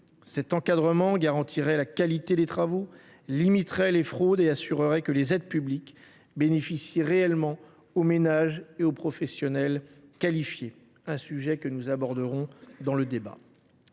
tel encadrement garantirait la qualité des travaux, limiterait les fraudes et assurerait que les aides publiques profitent réellement aux ménages et aux professionnels qualifiés. Nous reviendrons sur ce sujet